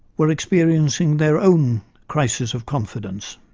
were experiencing their own crisis of confidence.